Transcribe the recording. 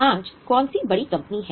आज कौन सी बड़ी कंपनी हैं